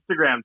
Instagram